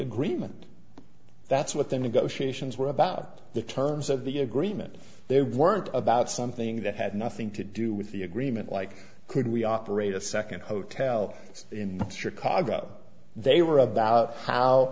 agreement that's what the negotiations were about the terms of the agreement they weren't about something that had nothing to do with the agreement like could we operate a second hotel in chicago they were about how